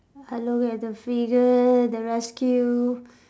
hello we have the Freegan the rescue